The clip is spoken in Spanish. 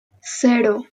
cero